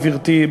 גברתי,